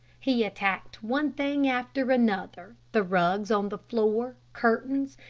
he attacked one thing after another, the rugs on the floor, curtains,